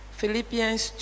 Philippians